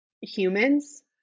humans